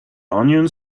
onion